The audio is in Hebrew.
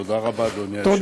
תודה רבה, אדוני היושב-ראש.